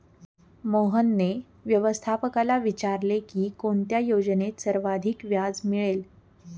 मोहनने व्यवस्थापकाला विचारले की कोणत्या योजनेत सर्वाधिक व्याज मिळेल?